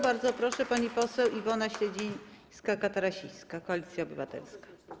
Bardzo proszę, pani poseł Iwona Śledzińska-Katarasińska, Koalicja Obywatelska.